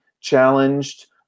challenged